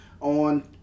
on